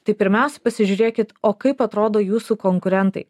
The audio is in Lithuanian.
tai pirmiausia pasižiūrėkit o kaip atrodo jūsų konkurentai